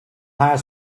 hire